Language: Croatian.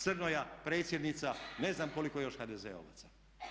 Crnoja, predsjednica, ne znam koliko još HDZ-ovaca.